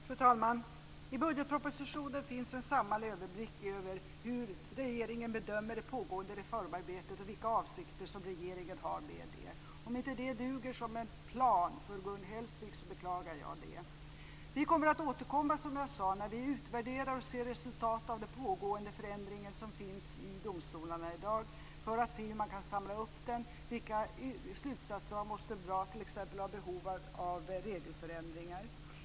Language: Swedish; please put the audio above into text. Fru talman! I budgetpropositionen finns en samlad överblick över hur regeringen bedömer det pågående reformarbetet och vilka avsikter som regeringen har med det. Om inte det duger som en plan för Gun Hellsvik, så beklagar jag det. Vi återkommer, som jag sade, när vi utvärderat och sett resultatet av den pågående förändringen i domstolarna i dag för att se hur man kan samla upp den och vilka slutsatser man måste dra av t.ex. behovet av regelförändringar.